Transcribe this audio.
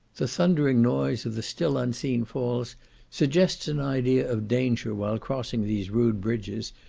the thundering noise of the still unseen falls suggests an idea of danger while crossing these rude bridges,